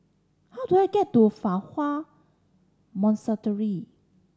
how do I get to Fa Hua